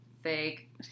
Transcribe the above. Fake